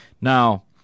Now